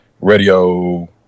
radio